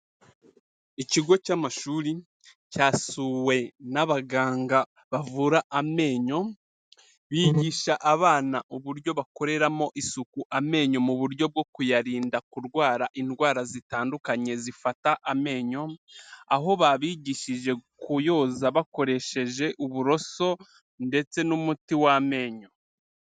Ikigo cy'amashuri cyasuwe n'abaganga bavura amenyo, bigisha abana uburyo bakoreramo isuku amenyo mu buryo bwo kuyarinda kurwara indwara zitandukanye zifata amenyo, aho babigishije kuyoza bakoresheje uburoso ndetse n'umuti w'amenyo.